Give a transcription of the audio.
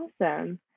Awesome